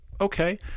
okay